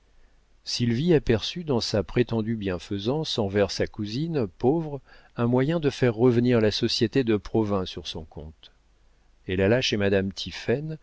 aperçut dans sa prétendue bienfaisance envers sa cousine pauvre un moyen de faire revenir la société de provins sur son compte elle alla chez madame